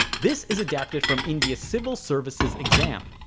this is adapted from india's civil services exam.